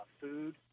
food